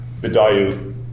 Bidayu